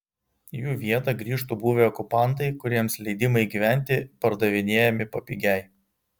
į jų vietą grįžtų buvę okupantai kuriems leidimai gyventi pardavinėjami papigiai